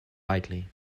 likely